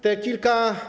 Te kilka.